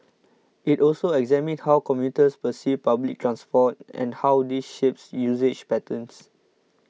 it also examined how commuters perceive public transport and how this shapes usage patterns